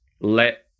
Let